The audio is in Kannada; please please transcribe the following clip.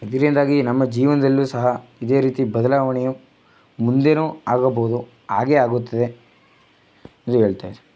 ಇದರಿಂದಾಗಿ ನಮ್ಮ ಜೀವನದಲ್ಲೂ ಸಹ ಇದೇ ರೀತಿ ಬದಲಾವಣೆಯು ಮುಂದೆನೂ ಆಗಬಹುದು ಆಗಿಯೇ ಆಗುತ್ತದೆ ಇದು ಹೇಳ್ತೇನೆ